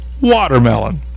Watermelon